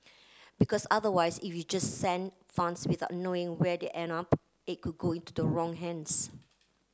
because otherwise if you just send funds without knowing where they end up it could go into the wrong hands